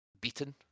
beaten